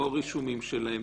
לא רישומים שלהן,